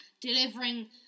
delivering